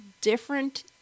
different